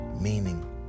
Meaning